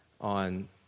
on